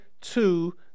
two